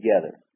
together